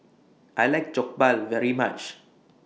I like Jokbal very much